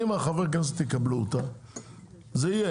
אם חברי הכנסת יקבלו אותה זה יהיה,